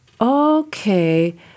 okay